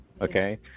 okay